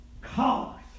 cause